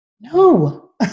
no